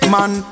Man